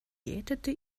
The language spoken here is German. jätete